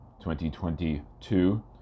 2022